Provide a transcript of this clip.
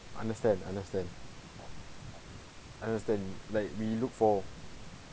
understand understand understand like we look for